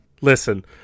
Listen